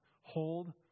hold